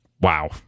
wow